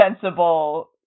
sensible